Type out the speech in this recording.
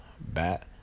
bat